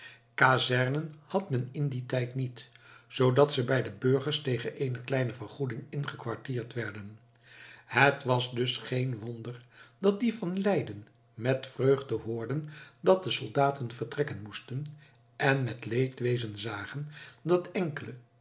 kazernen had men in dien tijd niet zoodat ze bij de burgers tegen eene kleine vergoeding ingekwartierd werden het was dus geen wonder dat die van leiden met vreugde hoorden dat de soldaten vertrekken moesten en met leedwezen zagen dat enkelen